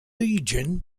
legion